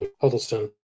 Huddleston